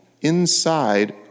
inside